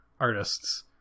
artists